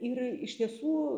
ir iš tiesų